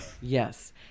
Yes